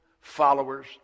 followers